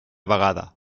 vegada